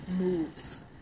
moves